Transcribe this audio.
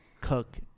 cook